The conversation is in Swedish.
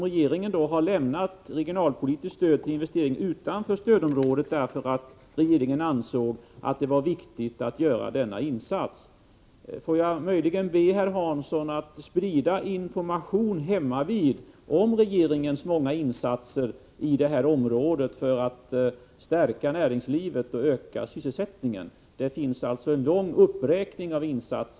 Regeringen har här lämnat regionalpolitiskt stöd till investering utanför stödområdet därför att vi ansåg att det var viktigt att göra denna insats. Får jag möjligen be herr Hansson att hemmavid sprida information om regeringens många åtgärder i det aktuella området för att stärka näringslivet och öka sysselsättningen. Jag kan alltså göra en lång uppräkning av insatser.